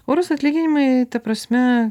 orūs atlyginimai ta prasme